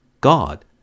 God